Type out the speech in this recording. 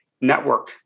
network